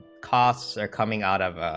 cass are coming out of